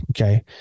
okay